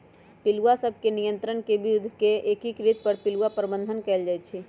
पिलुआ सभ के नियंत्रण के विद्ध के एकीकृत कर पिलुआ प्रबंधन कएल जाइ छइ